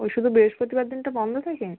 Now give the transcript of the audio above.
ও শুধু বৃহস্পতিবার দিনটা বন্ধ থাকে